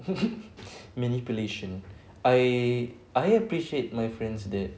manipulation I I appreciate my friends that